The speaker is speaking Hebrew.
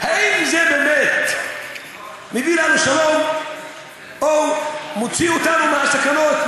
האם זה באמת מביא לנו שלום או מוציא אותנו מהסכנות,